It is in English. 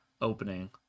opening